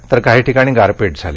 तर काही ठिकाणी गारपीट झाली